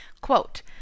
Quote